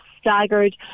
staggered